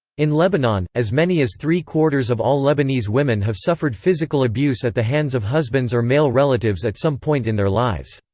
in lebanon, as many as three-quarters of all lebanese women have suffered physical abuse at the hands of husbands or male relatives at some point in their lives.